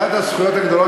הכי חד,